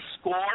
score